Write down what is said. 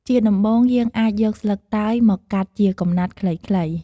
ជាដំបូង យើងអាចយកស្លឹកតើយមកកាត់ជាកំណាត់ខ្លីៗ។